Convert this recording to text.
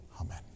Amen